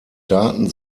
daten